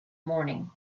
morning